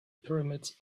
pyramids